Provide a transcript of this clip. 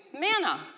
manna